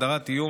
הגדרת איום),